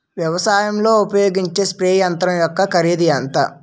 వ్యవసాయం లో ఉపయోగించే స్ప్రే యంత్రం యెక్క కరిదు ఎంత?